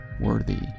worthy